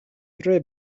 tre